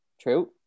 True